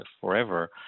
forever